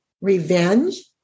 revenge